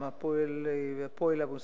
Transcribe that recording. יש